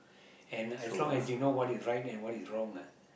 and as long as you know what is right and what is wrong lah